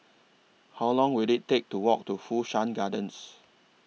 How Long Will IT Take to Walk to Fu Shan Gardens